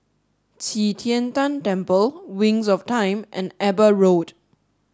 Qi Tian Tan Temple Wings of Time and Eber Road